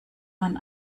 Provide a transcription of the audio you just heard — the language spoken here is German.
man